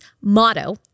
motto